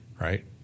right